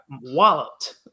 walloped